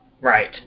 Right